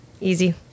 easy